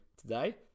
today